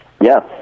Yes